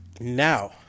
Now